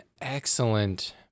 excellent